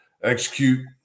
execute